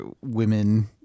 women